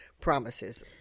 promises